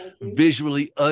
visually